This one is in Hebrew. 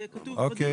זה כתוב בדין.